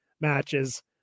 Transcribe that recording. matches